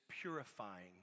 purifying